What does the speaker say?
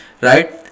right